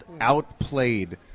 outplayed